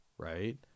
Right